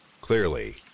Clearly